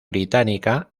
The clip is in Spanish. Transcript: británica